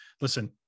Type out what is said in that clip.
listen